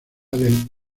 del